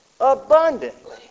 abundantly